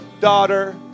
daughter